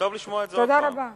טוב לשמוע את זה עוד פעם.